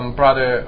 brother